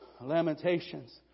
Lamentations